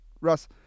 Russ